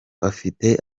afite